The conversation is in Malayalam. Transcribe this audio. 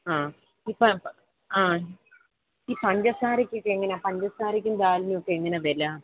ആ ഇപ്പം ആ ഈ പഞ്ചസാരയ്ക്ക് ഒക്കെ എങ്ങനെയാ പഞ്ചസാരക്കും ഡാലിനും ഒക്കെ എങ്ങനെയാ വില